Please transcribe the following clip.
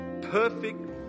perfect